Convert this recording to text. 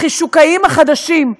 החישוקאים החדשים,